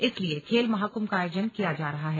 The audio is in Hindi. इसलिए खेल महाकुम्भ का आयोजन किया जा रहा है